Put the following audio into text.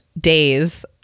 days